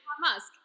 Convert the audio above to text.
Musk